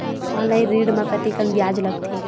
Online ऋण म कतेकन ब्याज लगथे?